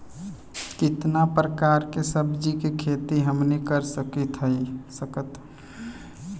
कितना प्रकार के सब्जी के खेती हमनी कर सकत हई?